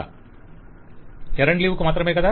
vendor ఎరండు leave కు మాత్రమే కదా